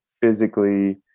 physically